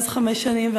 ואז חמש שנים,